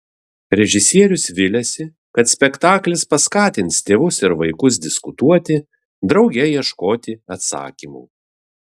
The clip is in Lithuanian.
režisierius viliasi kad spektaklis paskatins tėvus ir vaikus diskutuoti drauge ieškoti atsakymų